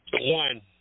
One